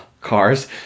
cars